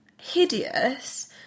hideous